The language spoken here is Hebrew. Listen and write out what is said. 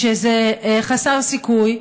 שזה חסר סיכוי,